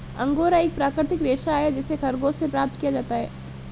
angora एक प्राकृतिक रेशा है जिसे खरगोश से प्राप्त किया जाता है